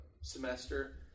semester